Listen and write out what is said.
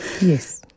Yes